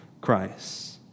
Christ